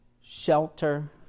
shelter